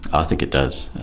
i think it does.